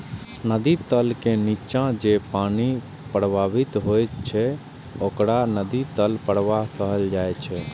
नदी तल के निच्चा जे पानि प्रवाहित होइत छैक ओकरा नदी तल प्रवाह कहल जाइ छै